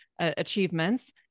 achievements